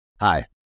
Hi